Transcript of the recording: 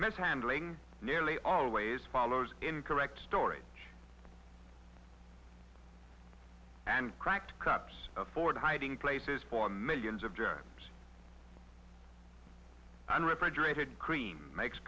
mishandling nearly always follows incorrect story and cracked cups of hiding places for millions of jabs and refrigerated cream makes